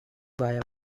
via